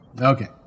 Okay